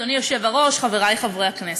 אדוני היושב-ראש, חברי חברי הכנסת,